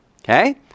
Okay